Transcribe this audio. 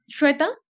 Shweta